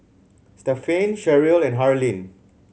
Stephaine Sherrill and Harlene